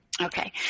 Okay